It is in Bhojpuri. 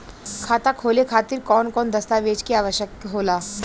खाता खोले खातिर कौन कौन दस्तावेज के आवश्यक होला?